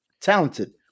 talented